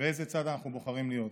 באיזה צד אנחנו בוחרים להיות?